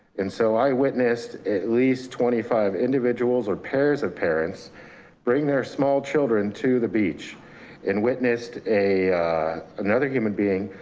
and so i witnessed at least twenty five individuals or pairs of parents bring their small children to the beach and witnessed another human being,